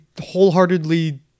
wholeheartedly